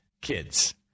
kids